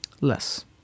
Less